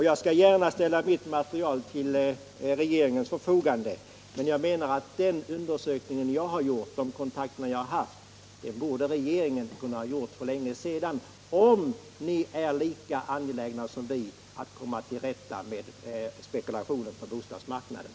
Jag skall gärna ställa mitt material till regeringens förfogande, men jag menar att den undersökning som jag har gjort och de kontakter som jag har tagit borde regeringen för länge sedan ha kunnat ombesörja om ni är lika angelägna som vi att komma till rätta med spekulationerna på bostadsmarknaden.